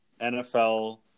NFL